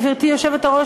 גברתי היושבת-ראש,